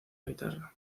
guitarra